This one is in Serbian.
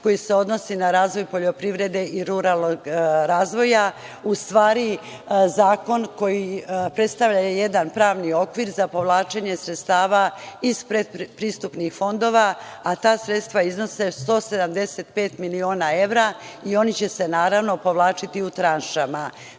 koji se odnosi na razvoj poljoprivrede i ruralnog razvoja u stvari zakon koji predstavlja jedan pravni okvir za povlačenje sredstava iz predpristupnih fondova, a ta sredstva iznose 175 miliona evra i oni će se, naravno, povlačiti u tranšama.Zašto